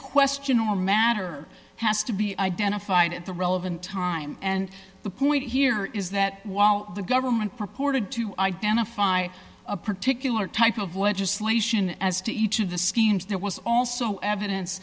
question or matter has to be identified at the relevant time and the point here is that while the government purported to identify a particular type of legislation as to each of the schemes there was also evidence